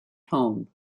home